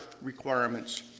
requirements